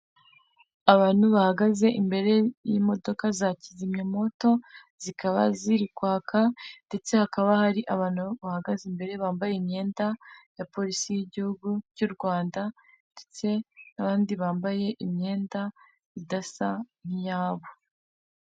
Abantu bahagaze imbere y'imodoka za kizimyamoto, zikaba ziri kwaka ndetse hakaba hari abantu bahagaze imbere, bambaye imyenda ya polisi y'igihugu cy'u Rwanda ndetse n'abandi bambaye imyenda idasa n'iyabo.